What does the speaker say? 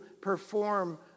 perform